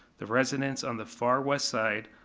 the residents on the far west side,